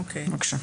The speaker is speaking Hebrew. בבקשה.